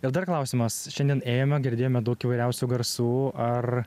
ir dar klausimas šiandien ėjome girdėjome daug įvairiausių garsų ar